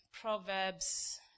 Proverbs